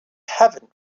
heaven